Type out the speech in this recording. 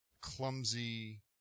clumsy